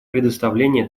предоставления